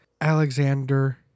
Alexander